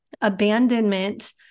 abandonment